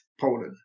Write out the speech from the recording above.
Poland